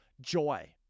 joy